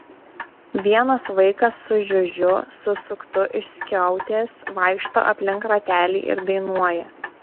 vienas vaikas su žiužiu susuktu iš skiautės vaikšto aplink ratelį ir dainuoja